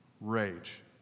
Rage